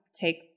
take